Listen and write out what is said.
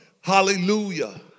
hallelujah